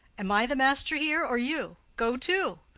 am i the master here, or you? go to!